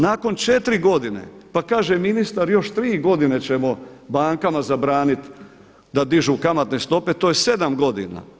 Nakon četiri godine, pa kaže ministar još tri godine ćemo bankama zabranit da dižu kamatne stope to je sedam godina.